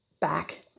back